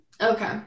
Okay